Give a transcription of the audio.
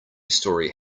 story